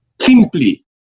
simply